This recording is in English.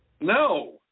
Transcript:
No